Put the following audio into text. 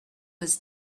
was